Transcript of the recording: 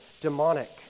demonic